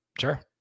Sure